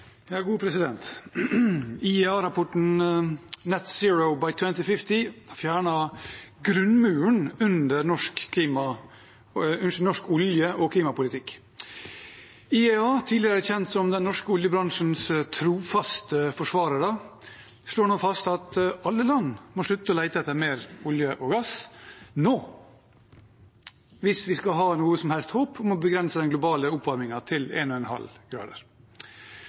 har fjernet grunnmuren under norsk olje- og klimapolitikk. IEA, tidligere kjent som den norske oljebransjens trofaste forsvarere, slår nå fast at alle land må slutte å lete etter mer olje og gass nå, hvis vi skal ha noe som helst håp om å begrense den globale oppvarmingen til